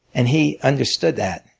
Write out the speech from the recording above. and he understood that.